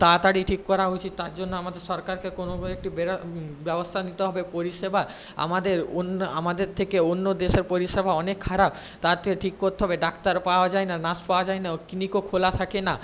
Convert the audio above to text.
তাড়াতাড়ি ঠিক করা উচিত তার জন্য আমাদের সরকারকে কোনো একটু ব্যবস্থা নিতে হবে পরিষেবা আমাদের অন্য আমাদের থেকে অন্য দেশের পরিষেবা অনেক খারাপ তাড়াতাড়ি ঠিক করতে হবে ডাক্তারও পাওয়া যায় না নার্স পাওয়া যায় না ক্লিনিকও খোলা থাকে না